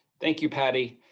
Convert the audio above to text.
thank you, patty.